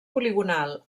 poligonal